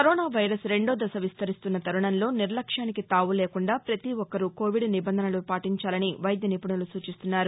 corona virus రెండో దశ విస్తరిస్తున్న తరుణంలో నిర్లక్ష్యానికి తావు లేకుండా పతి ఒక్కరూ కోవిడ్ నిబంధనలు పాటించాలని వైద్య నిపుణులు సూచిస్తున్నారు